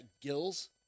gills